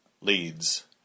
leads